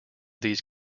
these